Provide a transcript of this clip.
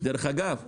דרך אגב,